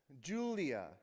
Julia